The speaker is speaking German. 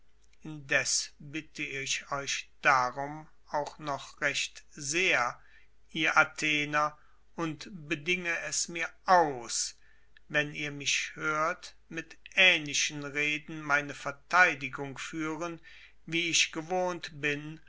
indes bitte ich euch darum auch noch recht sehr ihr athener und bedinge es mir aus wenn ihr mich hört mit ähnlichen reden meine verteidigung führen wie ich gewohnt bin